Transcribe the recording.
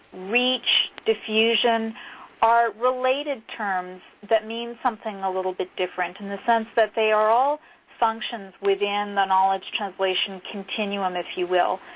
diffusion are related terms that mean something a little bit different in the sense that they are all functions within the knowledge translation continuum, if you will.